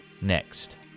next